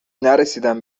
نرسیدم